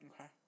okay